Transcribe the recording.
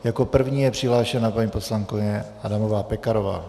Jako první je přihlášena paní poslankyně Adamová Pekarová.